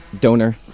donor